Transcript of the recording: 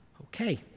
Okay